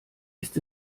ist